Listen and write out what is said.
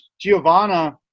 Giovanna